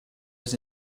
was